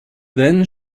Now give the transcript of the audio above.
then